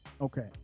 Okay